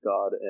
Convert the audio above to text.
God